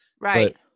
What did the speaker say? Right